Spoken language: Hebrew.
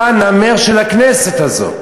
אתה קראת לי: אתה נמר של הכנסת הזאת.